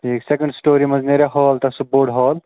ٹھیٖک second story منٛز نیریٛا ہال تتھ سُہ بوٚڈ ہال